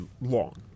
long